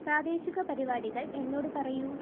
പ്രാദേശിക പരിപാടികൾ എന്നോട് പറയൂ